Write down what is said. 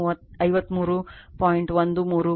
13 o milliampere